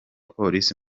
polisi